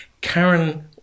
Karen